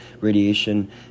radiation